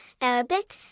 Arabic